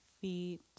feet